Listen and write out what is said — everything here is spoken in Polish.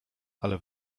ale